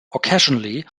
occasionally